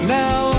now